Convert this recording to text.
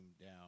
down